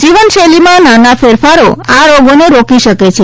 જીવન શૈલીમાં નાના ફેરફારો આ રોગોને રોકી શકે છે